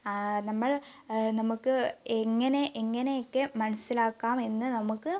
നമ്മൾ നമുക്ക് എങ്ങനെ എങ്ങനെയൊക്കെ മനസ്സിലാക്കാം എന്ന് നമുക്ക്